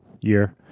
year